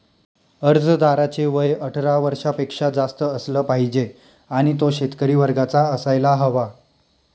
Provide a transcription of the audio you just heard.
अर्जदाराचे वय अठरा वर्षापेक्षा जास्त असलं पाहिजे आणि तो शेतकरी वर्गाचा असायला हवा